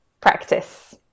Practice